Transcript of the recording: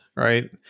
right